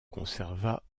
conserva